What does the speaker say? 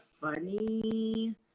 funny